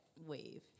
wave